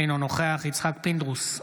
אינו נוכח יצחק פינדרוס,